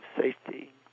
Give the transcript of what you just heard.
safety